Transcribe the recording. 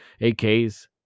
ak's